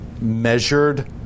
measured